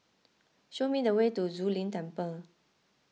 show me the way to Zu Lin Temple